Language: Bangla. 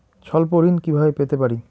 স্বল্প ঋণ কিভাবে পেতে পারি?